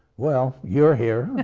well, you're here.